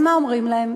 אז מה אומרים להן?